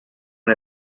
and